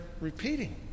repeating